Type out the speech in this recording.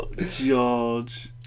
George